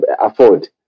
afford